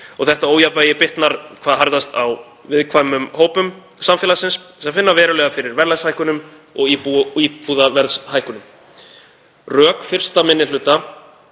Þetta ójafnvægi bitnar hvað harðast á viðkvæmustu hópum samfélagsins sem finna verulega fyrir verðlagshækkunum og íbúðaverðshækkunum. Rök 2. minni hluta